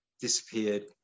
disappeared